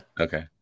Okay